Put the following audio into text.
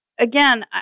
again